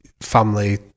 family